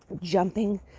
jumping